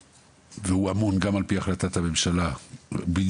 והוא אמון גם על פי החלטת הממשלה בדיוק